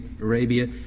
Arabia